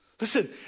Listen